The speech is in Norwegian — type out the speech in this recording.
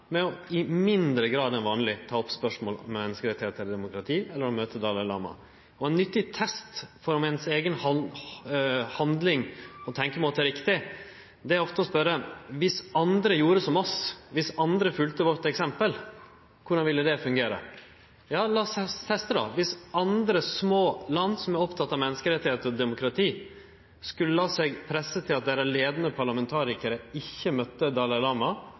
i i forhold til Kina, med i mindre grad enn vanleg å ta opp spørsmål om menneskerettar og demokrati, eller å møte Dalai Lama. Ein nyttig test på om vår eiga handling og vår eigen tenkjemåte er riktig, er ofte å spørje: Viss andre gjorde som oss, viss andre følgde vårt eksempel, korleis ville det fungere? Lat oss teste: Viss andre små land som er opptekne av menneskerettar og demokrati, skulle la seg presse til at deira leiande parlamentarikarar ikkje møtte Dalai Lama,